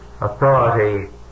Authority